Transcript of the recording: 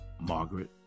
Margaret